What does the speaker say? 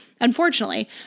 unfortunately